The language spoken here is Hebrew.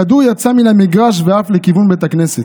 הכדור יצא מן המגרש ועף לכיוון בית הכנסת.